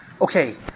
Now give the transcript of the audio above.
okay